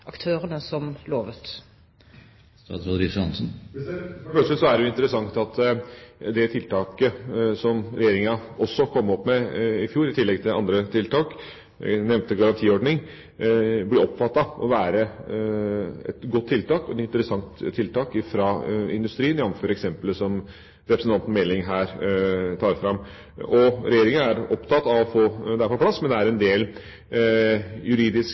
aktørene, som lovet. For det første er det interessant at det tiltaket som regjeringa kom med i fjor – i tillegg til andre tiltak – den nevnte garantiordning, ble oppfattet å være et godt og et interessant tiltak av industrien, jf. eksempelet som representanten Meling her tar fram. Regjeringa er opptatt av å få dette på plass, men det er en del